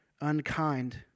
unkind